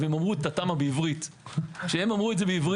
הם אמרו את התמ"א בעברית ואז הבנתי